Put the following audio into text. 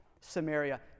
Samaria